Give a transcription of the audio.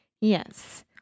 Yes